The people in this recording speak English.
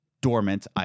dormant